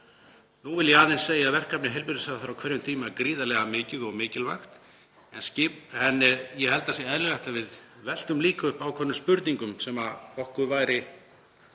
Nú vil ég aðeins segja að verkefni heilbrigðisráðherra á hverjum tíma er gríðarlega mikið og mikilvægt, en ég held að það sé eðlilegt að við veltum líka upp ákveðnum spurningum sem okkur væri